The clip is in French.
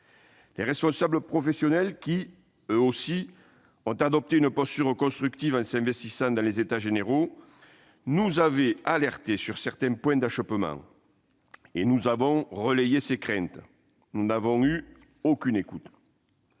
Les responsables professionnels, qui ont aussi adopté une posture constructive en s'investissant dans les États généraux, nous avaient alertés sur certains points d'achoppement. Nous avons relayé ces craintes, mais nous n'avons pas été